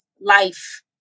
life